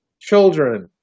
children